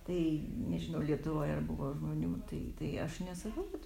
tai nežinau lietuvoj ar buvo žmonių tai tai aš nesakau kad